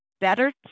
better